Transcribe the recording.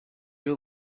you